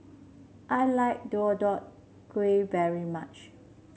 I like Deodeok Gui very much